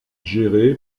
géré